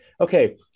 Okay